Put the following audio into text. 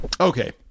Okay